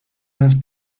más